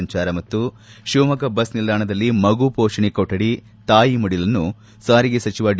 ಸಂಚಾರ ಮತ್ತು ಶಿವಮೊಗ್ಗ ಬಸ್ ನಿಲ್ದಾಣದಲ್ಲಿ ಮಗು ಪೋಷಣೆ ಕೊಠಡಿ ತಾಯಿ ಮಡಿಲುೆಅನ್ನು ಸಾರಿಗೆ ಸಚಿವ ಡಿ